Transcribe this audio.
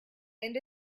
and